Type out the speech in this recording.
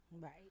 Right